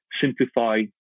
simplify